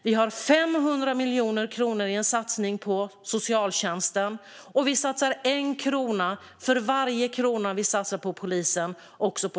Vi har 500 miljoner kronor i en satsning på socialtjänsten, och vi satsar en krona på det förebyggande arbetet för varje krona vi satsar på polisen.